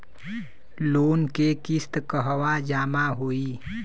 Loan के किस्त कहवा जामा होयी?